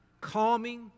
calming